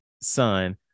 Son